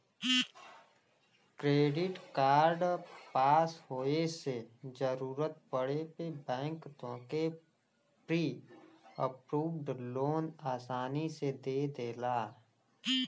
credit card पास होये से जरूरत पड़े पे बैंक तोहके प्री अप्रूव्ड लोन आसानी से दे देला